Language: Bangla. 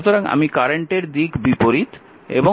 সুতরাং আমি কারেন্টের দিক বিপরীত এবং V 12 ভোল্ট করেছি